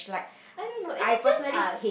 I don't know is it just us